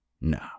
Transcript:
No